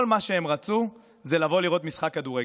כל מה שהם רצו זה לבוא לראות משחק כדורגל.